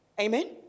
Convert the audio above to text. Amen